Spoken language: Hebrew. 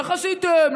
איך עשיתם,